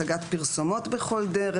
הצגת פרסומות בכל דרך.